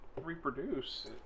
reproduce